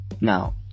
now